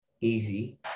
easy